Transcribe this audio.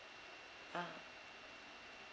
uh